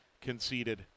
conceded